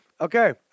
Okay